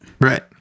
Right